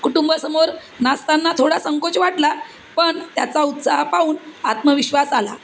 कुटुंबासमोर नाचताना थोडा संकोच वाटला पण त्याचा उत्साह पाहून आत्मविश्वास आला